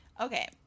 Okay